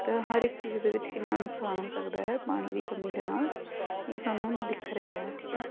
ਤਾਂ ਹਰ ਇੱਕ ਚੀਜ਼ ਦੇ ਵਿੱਚ ਕਿੰਨਾ ਨੁਕਸਾਨ ਹੋ ਸਕਦਾ ਹੈ ਪਾਣੀ ਦੀ ਕਮੀ ਦੇ ਨਾਲ ਇਹ ਸਾਨੂੰ ਦਿਖ ਰਿਹਾ ਹੈ ਠੀਕ ਹੈ